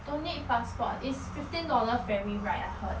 don't need passport it's fifteen dollar ferry ride I heard